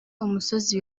umusozi